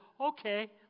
okay